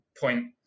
point